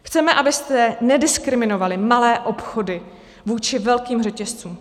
Chceme, abyste nediskriminovali malé obchody vůči velkým řetězcům.